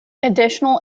additional